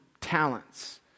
talents